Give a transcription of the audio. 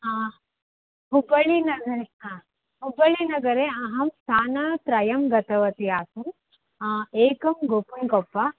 ह हुब्बळिनगरे हा हुब्बळिनगरे अहं स्थानत्रयं गतवती आसम् एकं गोपगोप्पा